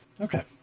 Okay